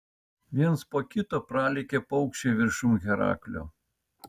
viens po kito pralėkė paukščiai viršum heraklio